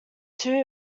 two